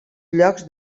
llocs